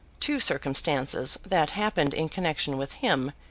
two circumstances that happened in connexion with him,